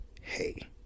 hey